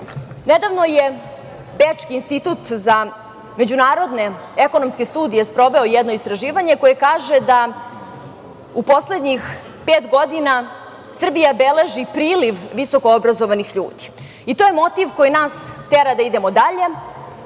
nedavno je Bečki institut za međunarodne ekonomske studije sproveo jedno istraživanje koje kaže da u poslednjih pet godina Srbija beleži priliv visoko obrazovanih ljudi i to je motiv koji nas tera da idemo dalje,